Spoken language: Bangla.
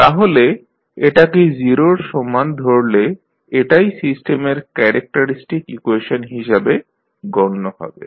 তাহলে এটাকে 0 র সমান ধরলে এটাই সিস্টেমের ক্যারেক্টারিস্টিক ইকুয়েশন হিসাবে গণ্য হবে